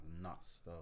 nuts